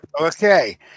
Okay